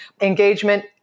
Engagement